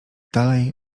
dalej